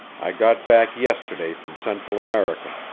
i got back yesterday from central america.